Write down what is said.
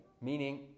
Meaning